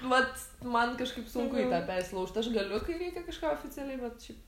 vat man kažkaip sunku į tą persilaužt aš galiu kai reikia kažką oficialiai bet šiaip